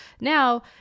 Now